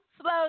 slow